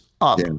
up